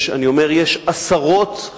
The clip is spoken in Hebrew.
גם בראשון-לציון.